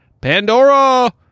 Pandora